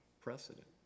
precedent